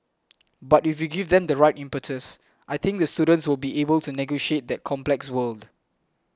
but if we give them the right impetus I think the students will be able to negotiate that complex world